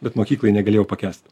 bet mokykloj negalėjau pakęst